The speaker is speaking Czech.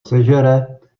sežere